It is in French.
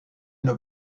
une